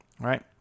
right